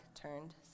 turned